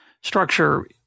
structure